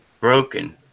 broken